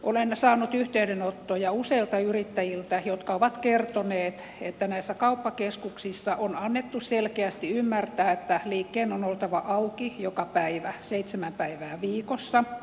olen saanut yhteydenottoja useilta yrittäjiltä jotka ovat kertoneet että näissä kauppakeskuksissa on annettu selkeästi ymmärtää että liikkeen on oltava auki joka päivä seitsemän päivää viikossa